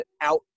out